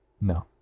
no